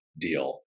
deal